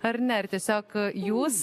ar ne ar tiesiog jūs